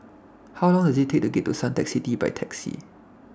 How Long Does IT Take to get to Suntec City By Taxi